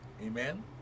Amen